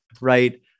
right